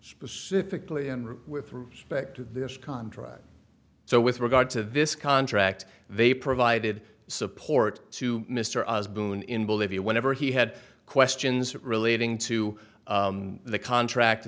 specifically with respect to this contract so with regard to vis contract they provided support to mr us boone in bolivia whenever he had questions relating to the contract